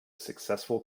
successful